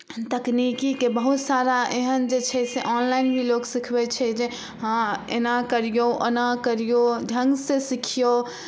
तकनिकीके बहुत सारा एहन जे छै से ऑनलाइन भी लोक सिखबय छै जे हँ एना करियौ ओना करियौ ढङ्गसँ सिखियौ